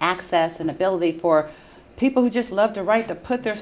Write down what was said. access and ability for people who just love to write to put their